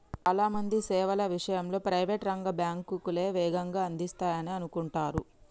చాలా మంది సేవల విషయంలో ప్రైవేట్ రంగ బ్యాంకులే వేగంగా అందిస్తాయనే అనుకుంటరు